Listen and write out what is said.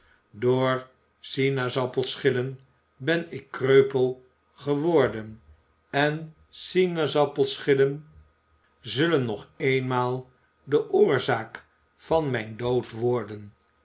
door sinaasappel schillen ben ik kreupel geworden en sinaasappel schillen zullen nog eenmaal de oorzaak van mijn dood worden